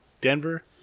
Denver